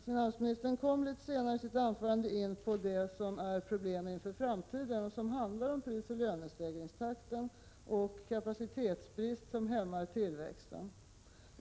Finansministern kom senare i sitt anförande in på problemen inför framtiden — prisoch lönestegringstakten samt kapacitetsbrist som hämmar tillväxten.